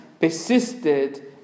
persisted